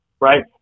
right